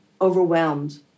overwhelmed